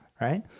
right